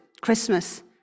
Christmas